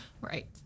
Right